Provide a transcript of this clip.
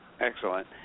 Excellent